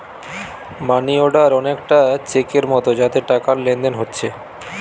মানি order অনেকটা চেকের মতো যাতে টাকার লেনদেন হোচ্ছে